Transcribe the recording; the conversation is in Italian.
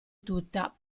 tutta